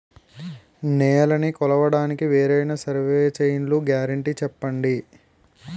నేలనీ కొలవడానికి వేరైన సర్వే చైన్లు గ్యారంటీ చెప్పండి?